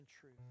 truth